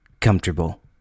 Comfortable